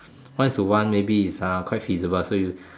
one is to one maybe is uh it's quite feasible so you